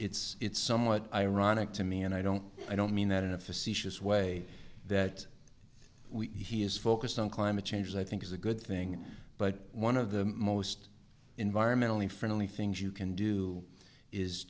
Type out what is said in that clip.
it's it's somewhat ironic to me and i don't i don't mean that in a facetious way that we he is focused on climate change i think is a good thing but one of the most environmentally friendly things you can do is